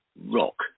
rock